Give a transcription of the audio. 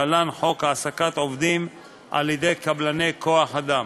להלן: חוק העסקת עובדים על-ידי קבלני כוח-אדם,